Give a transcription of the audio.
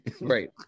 right